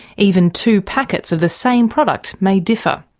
even two packets of the same product may differ.